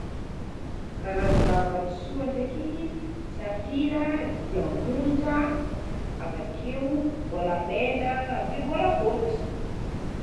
Karazagna vatosoa ndraiky: safira, diamondra, avakeo, vôlamena avakeo vôlafôtsy.